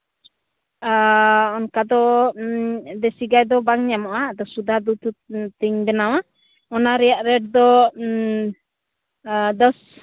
ᱟᱨ ᱚᱱᱠᱟ ᱫᱚ ᱫᱮᱥᱤ ᱜᱟᱹᱭ ᱫᱚ ᱵᱟᱝ ᱧᱟᱢᱚᱜᱼᱟ ᱟᱫᱚ ᱥᱟᱫᱟ ᱫᱩᱫᱽ ᱛᱮᱧ ᱵᱮᱱᱟᱣᱟ ᱚᱱᱟ ᱨᱮᱱᱟᱜ ᱨᱮᱴ ᱫᱚ ᱫᱚᱥ